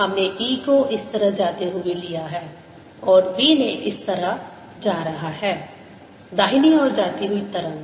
हमने E को इस तरह जाते हुए लिया है और B ने इस तरह जा रहा है दाहिनी ओर जाती हुई तरंग